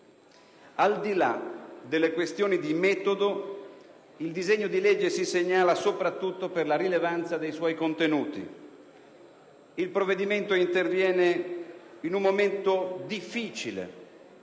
Al di là delle questioni di metodo, il disegno di legge si segnala soprattutto per la rilevanza dei suoi contenuti. Il provvedimento interviene in un momento difficile